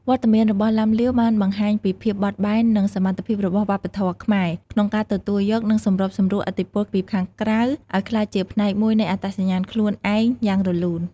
វត្តមានរបស់ឡាំលាវបានបង្ហាញពីភាពបត់បែន និងសមត្ថភាពរបស់វប្បធម៌ខ្មែរក្នុងការទទួលយក និងសម្របសម្រួលឥទ្ធិពលពីខាងក្រៅឲ្យក្លាយជាផ្នែកមួយនៃអត្តសញ្ញាណខ្លួនឯងយ៉ាងរលូន។